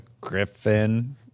griffin